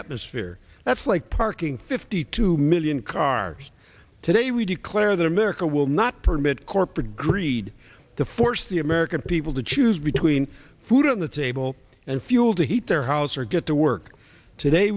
atmosphere that's like parking fifty two million cars today we declare that america will not permit corporate greed to force the american people to choose between food on the table and fuel to heat their house or get to work today